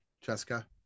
Jessica